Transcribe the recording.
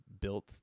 built